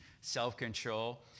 Self-control